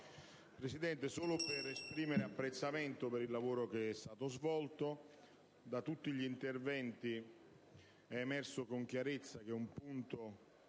intervengo solo per esprimere apprezzamento per il lavoro svolto. Da tutti gli interventi è emerso con chiarezza che un punto